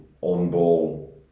on-ball